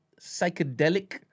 psychedelic